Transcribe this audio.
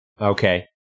Okay